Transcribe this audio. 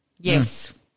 Yes